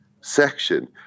section